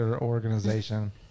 organization